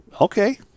okay